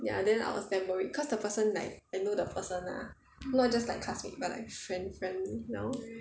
ya then I was damn worried cause the person like I know the person lah not just like classmate but like friend friend now